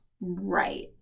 Right